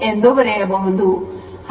ಎಂದು ಬ ರೆಯಬಹುದು